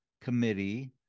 committee